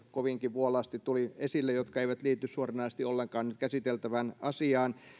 kovinkin vuolaasti tässä äsken tuli esille jotka eivät liity suoranaisesti ollenkaan nyt käsiteltävään asiaan